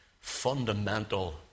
fundamental